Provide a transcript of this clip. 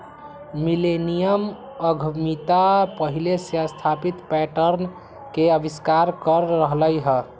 millennium उद्यमिता पहिले से स्थापित पैटर्न के अस्वीकार कर रहल हइ